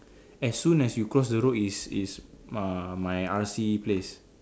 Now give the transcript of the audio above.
as soon as you cross the road is is uh my R_C place